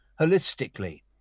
holistically